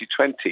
2020